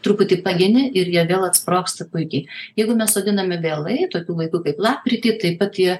truputį pageni ir jie vėl atsprogsta puikiai jeigu mes sodiname vėlai tokiu laiku kaip lapkritį taip pat jie